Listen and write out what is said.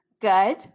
good